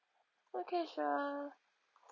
okay sure